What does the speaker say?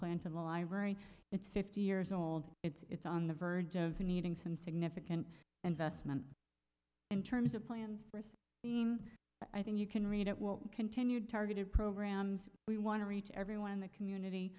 plant of the library it's fifty years old it's on the verge of needing some significant investment in terms of plans i think you can read it will continue targeted programs we want to reach everyone in the community